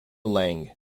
lange